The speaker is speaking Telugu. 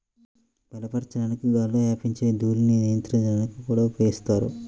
చల్లబరచడానికి గాలిలో వ్యాపించే ధూళిని నియంత్రించడానికి కూడా ఉపయోగిస్తారు